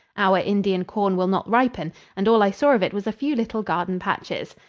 our indian corn will not ripen and all i saw of it was a few little garden patches.